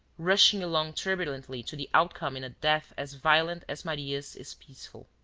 rushing along turbulently to the outcome in a death as violent as maria's is peaceful.